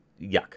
yuck